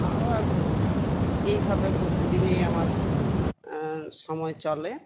আবার এইভাবে প্রতিদিনই আমার সময় চলে